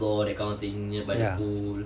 ya